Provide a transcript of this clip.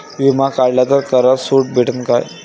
बिमा काढला तर करात सूट भेटन काय?